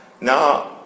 now